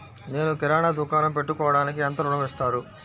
నేను కిరాణా దుకాణం పెట్టుకోడానికి ఎంత ఋణం ఇస్తారు?